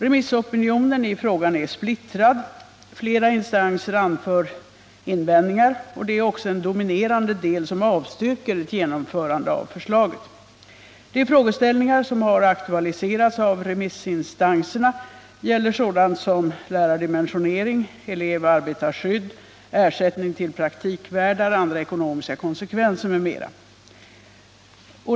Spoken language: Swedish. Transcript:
Remissopinionen i frågan är splittrad. Flera instanser anför invändningar, och det är också en dominerande del som avstyrker ett genomförande av förslaget. En del frågeställningar som har aktualiserats av remissinstanserna gäller sådant som lärardimensionering, elevoch arbetarskydd, ersättning till värdar och andra ekonomiska konsekvenser m.m.